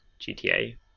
GTA